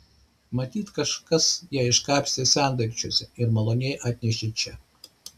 matyt kažkas ją iškapstė sendaikčiuose ir maloniai atnešė čia